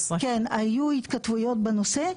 היו התכתבויות בנושא,